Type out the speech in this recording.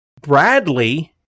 Bradley